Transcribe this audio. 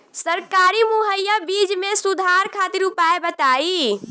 सरकारी मुहैया बीज में सुधार खातिर उपाय बताई?